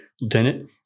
lieutenant